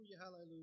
Hallelujah